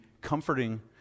comforting